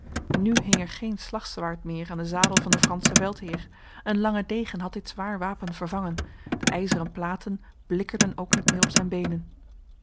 nu hing er geen slagzwaard meer aan de zadel van de franse veldheer een lange degen had dit zwaar wapen vervangen de ijzeren platen blikkerden ook niet meer op zijn benen